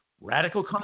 Radical